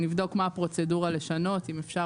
נבדוק מה הפרוצדורה לשנות, אם עוד אפשר.